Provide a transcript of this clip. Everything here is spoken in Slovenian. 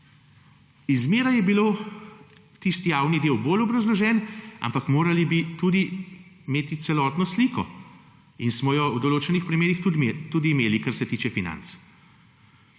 zmeraj je bil tisti javni del bolj obrazložen, ampak morali bi tudi imeti celotno sliko in smo jo v določenih primerih tudi imeli, kar se tiče financ.